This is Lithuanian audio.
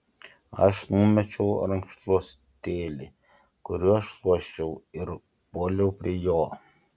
aš numečiau rankšluostėlį kuriuo šluosčiau ir puoliau prie jo